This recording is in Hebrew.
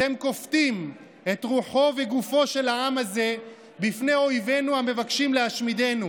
אתם כופתים את רוחו וגופו של העם הזה בפני אויבינו המבקשים להשמידנו.